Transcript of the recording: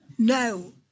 No